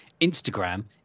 Instagram